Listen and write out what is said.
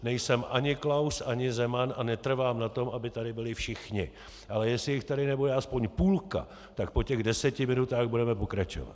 Nejsem ani Klaus ani Zeman a netrvám na tom, aby tady byli všichni, ale jestli jich tady nebude aspoň půlka, tak po 10 minutách budeme pokračovat.